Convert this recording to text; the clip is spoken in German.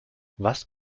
was